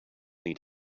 need